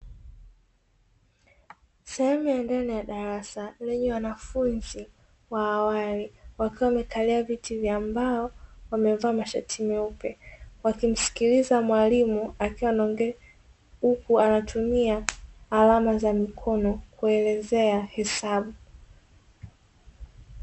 Sehemu ya ndani ya darasa lenye wanafunzi wa awali wakiwa wamekalia viti vya mbao wamevaa mashati meupe wakimsikiliza mwalimu akiwa anaongea huku anatumia alama za mikono kuelezea hesabu.